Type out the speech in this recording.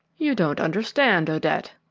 you don't understand, odette,